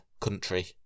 country